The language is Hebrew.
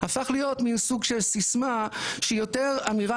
הפך להיות מין סוג של סיסמא שהיא יותר אמירה